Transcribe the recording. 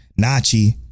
nachi